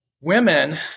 women